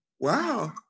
Wow